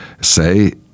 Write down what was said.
say